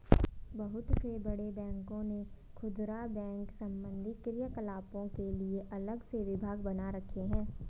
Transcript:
बहुत से बड़े बैंकों ने खुदरा बैंक संबंधी क्रियाकलापों के लिए अलग से विभाग बना रखे हैं